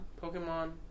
Pokemon